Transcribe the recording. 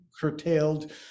curtailed